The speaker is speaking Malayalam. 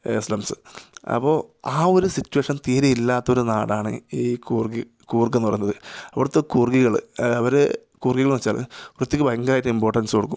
സ്ലംസ് അപ്പോൾ ആ ഒരു സിറ്റുവേഷന് തീരെയില്ലാത്തൊരു നാടാണ് ഈ കൂര്ഗി കൂര്ഗെന്നു പറയുന്നത് അവിടുത്തെ കൂര്ഗികൾ അവർ കൂര്ഗികളെന്നു വെച്ചാൽ വൃത്തിക്ക് ഭയങ്കരമായിട്ട് ഇമ്പോട്ടെന്സ് കൊടുക്കും